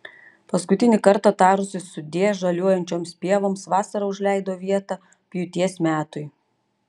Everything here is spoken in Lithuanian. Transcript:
paskutinį kartą tarusi sudie žaliuojančioms pievoms vasara užleido vietą pjūties metui